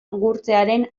gurtzearen